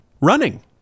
running